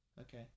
Okay